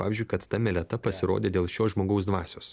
pavyzdžiui kad ta meleta pasirodė dėl šio žmogaus dvasios